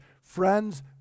Friends